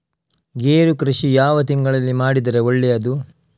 ಗೇರು ಕೃಷಿ ಯಾವ ತಿಂಗಳಲ್ಲಿ ಮಾಡಿದರೆ ಒಳ್ಳೆಯದು?